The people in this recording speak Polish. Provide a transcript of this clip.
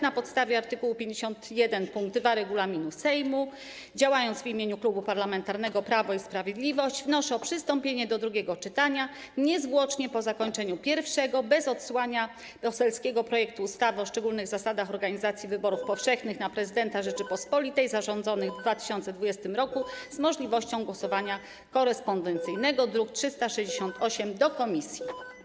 Na podstawie art. 51 pkt 2 regulaminu Sejmu, działając w imieniu Klubu Parlamentarnego Prawo i Sprawiedliwość, wnoszę o przystąpienie do drugiego czytania niezwłocznie po zakończeniu pierwszego, bez odsyłania poselskiego projektu ustawy o szczególnych zasadach organizacji wyborów powszechnych na Prezydenta Rzeczypospolitej zarządzonych w 2020 r. z możliwością głosowania korespondencyjnego, druk nr 368, do komisji.